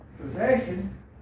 possession